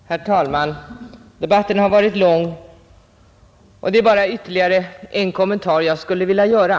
Herr talman! Debatten har varit lång och det är bara ytterligare en kommentar som jag skulle vilja göra.